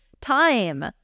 time